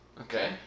Okay